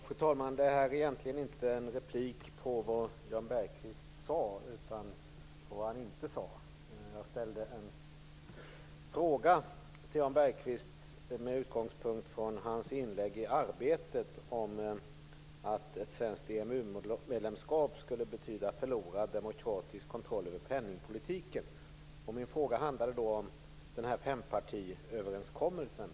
Fru talman! Det här är egentligen inte en replik på vad Jan Bergqvist sade, utan på vad han inte sade. Jag ställde en fråga till Jan Bergqvist med utgångspunkt från hans inlägg i Arbetet om att ett svenskt EMU medlemskap skulle betyda förlorad demokratisk kontroll över penningpolitiken. Min fråga handlade om den här fempartiöverenskommelsen.